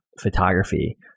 photography